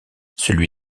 celui